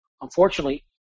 Unfortunately